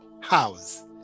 house